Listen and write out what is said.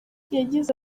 yagize